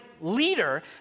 leader